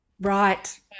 Right